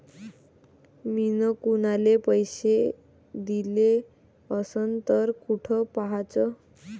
मिन कुनाले पैसे दिले असन तर कुठ पाहाचं?